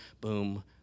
boom